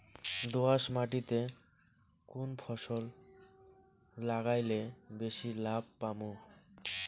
দোয়াস মাটিতে কুন ফসল লাগাইলে বেশি লাভ পামু?